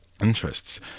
interests